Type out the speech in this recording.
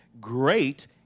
great